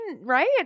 Right